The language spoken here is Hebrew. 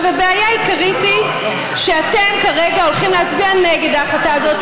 הבעיה העיקרית היא שאתם כרגע הולכים להצביע נגד ההצעה הזאת.